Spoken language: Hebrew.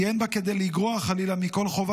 שאין בה כדי לגרוע חלילה מכל חובה